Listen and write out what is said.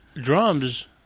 drums